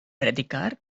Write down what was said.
predicar